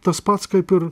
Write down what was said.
tas pats kaip ir